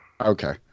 Okay